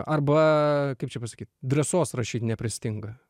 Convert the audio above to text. arba kaip čia pasakyt drąsos rašyt nepristinga